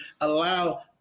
allow